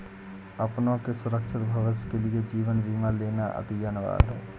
अपनों के सुरक्षित भविष्य के लिए जीवन बीमा लेना अति अनिवार्य है